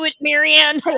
Marianne